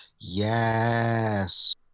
yes